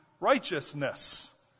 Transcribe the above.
Righteousness